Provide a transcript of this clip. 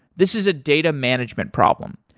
this is a data management problem.